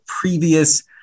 previous